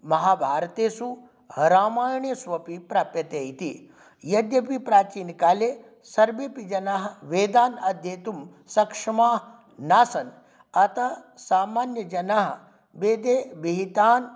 महाभारतेषु रामायणेषु अपि प्राप्यते इति यद्यपि प्राचीनकाले सर्वेऽपि जनाः वेदान् अध्येतुं सक्षमाः नासन् अतः सामान्यजनाः वेदे विहितान्